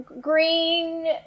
green